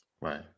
Right